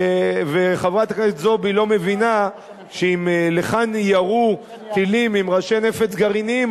וחברת הכנסת זועבי לא מבינה שאם לכאן יירו טילים עם ראשי נפץ גרעיניים,